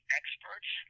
experts